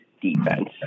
defense